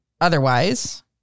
otherwise